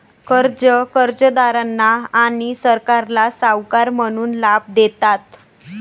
कर्जे कर्जदारांना आणि सरकारला सावकार म्हणून लाभ देतात